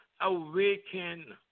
awaken